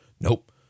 nope